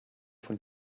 von